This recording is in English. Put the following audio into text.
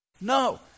No